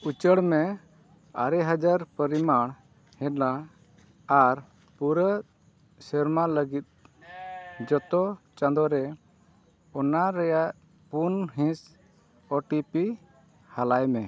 ᱩᱪᱟᱹᱲ ᱢᱮ ᱟᱨᱮ ᱦᱟᱡᱟᱨ ᱯᱚᱨᱤᱢᱟᱱ ᱦᱮᱱᱟ ᱟᱨ ᱯᱩᱨᱟᱹ ᱥᱮᱨᱢᱟ ᱞᱟᱹᱜᱤᱫ ᱡᱚᱛᱚ ᱪᱟᱸᱫᱚ ᱨᱮ ᱚᱱᱟ ᱨᱮᱭᱟᱜ ᱯᱩᱱ ᱦᱤᱸᱥ ᱳ ᱴᱤ ᱯᱤ ᱦᱟᱞᱟᱭ ᱢᱮ